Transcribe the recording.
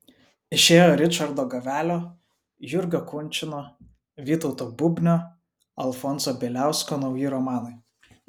išėjo ričardo gavelio jurgio kunčino vytauto bubnio alfonso bieliausko nauji romanai